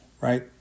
right